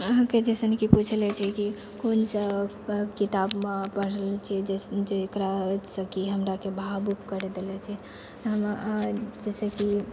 अहाँके जइसनसँ कि पुछलै छी कि कोनसा किताबमे पढ़ल छिए जे जकरासँकि हमराके भावुक करि देलै छै हम जे छै कि